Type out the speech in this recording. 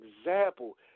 example